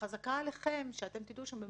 חזקה עליכם שאתם תדעו שם,